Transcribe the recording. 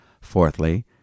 Fourthly